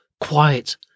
quiet